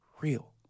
real